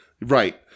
right